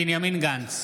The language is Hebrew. בנימין גנץ,